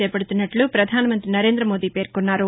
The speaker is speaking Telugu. చేపడుతున్నట్లు పధాన మంతి నరేంద మోదీ పేర్కొన్నారు